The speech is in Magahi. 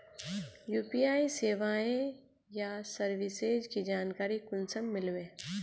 यु.पी.आई सेवाएँ या सर्विसेज की जानकारी कुंसम मिलबे?